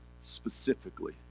specifically